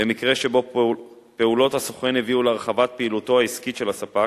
במקרה שבו פעולות הסוכן הביאו להרחבת פעילותו העסקית של הספק.